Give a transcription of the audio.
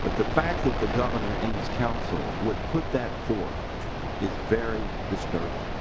but the fact that the governor and his counsel would put that forth is very disturbing.